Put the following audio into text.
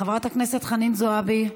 חברת הכנסת חנין זועבי,